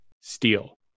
steel